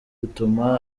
bigatuma